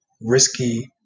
risky